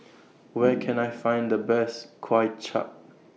Where Can I Find The Best Kuay Chap